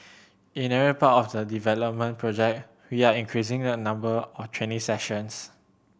in every part of the development project we are increasing the number of training sessions